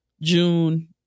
June